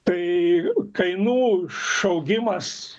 tai kainų išaugimas